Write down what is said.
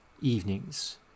evenings